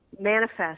manifest